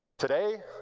today,